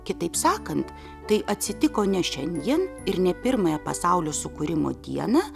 kitaip sakant tai atsitiko ne šiandien ir ne pirmąją pasaulio sukūrimo dieną